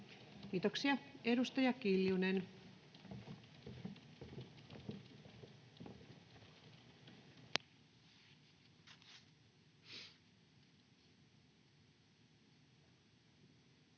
Kiitoksia. — Edustaja Kiljunen. Arvoisa